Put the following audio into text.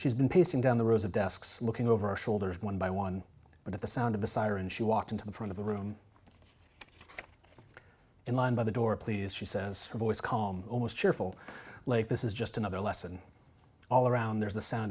she's been pacing down the rows of desks looking over our shoulders one by one but at the sound of the siren she walked into the front of the room in line by the door please she says her voice calm almost cheerful like this is just another lesson all around there's the sound